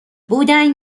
بودن